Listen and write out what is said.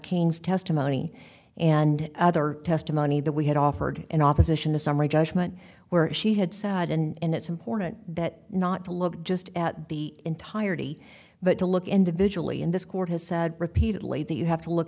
king's testimony and other testimony that we had offered in opposition to summary judgment where she had said and it's important that not to look just at the entirety but to look individually in this court has said repeatedly that you have to look